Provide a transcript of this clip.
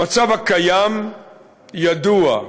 המצב הקיים ידוע.